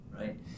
right